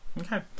Okay